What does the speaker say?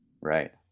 Right